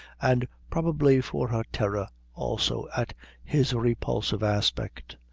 and probably for her terror also at his repulsive aspect.